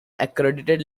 accredited